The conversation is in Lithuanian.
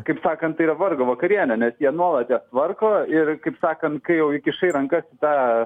kaip sakant tai yra vargo vakarienė ne jie nuolat jas tvarko ir kaip sakant kai jau įkišai rankas į tą